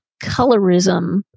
colorism